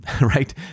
right